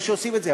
או שעושים את זה.